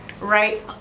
Right